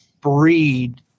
breed